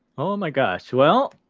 oh my gosh well,